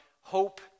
hope